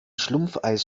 schlumpfeis